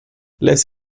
less